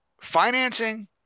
financing